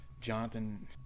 Jonathan